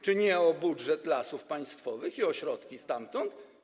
Czy nie o budżet Lasów Państwowych i o środki stamtąd?